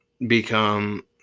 become